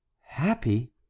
happy